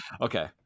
Okay